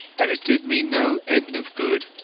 and it did me no end of good,